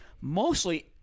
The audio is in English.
mostly